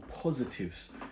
positives